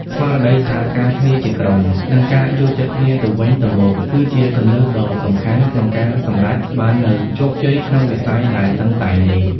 ស្មារតីសហការគ្នាជាក្រុម និងការយល់ចិត្តគ្នាទៅវិញទៅមក គឺជាគន្លឹះដ៏សំខាន់ក្នុងការសម្រេចបាននូវជោគជ័យក្នុងវិស័យដែលតឹងតែងនេះ។